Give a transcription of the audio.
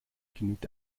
genügt